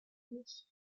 series